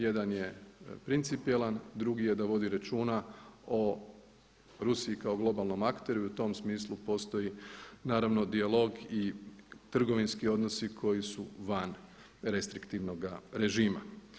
Jedan je principijelan, drugi je da vodi računa o Rusiji kao globalnom akteru i u tom smislu postoji naravno dijalog i trgovinski odnosi koji su van restriktivnog režima.